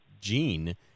gene